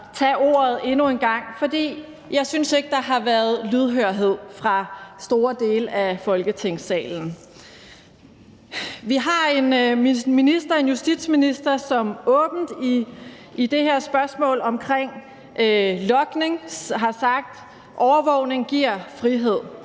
tage ordet endnu en gang, for jeg synes ikke, at der har været lydhørhed hos store dele af Folketingssalen. Vi har en justitsminister, som i det her spørgsmål omkring logning åbent har sagt: Overvågning giver frihed.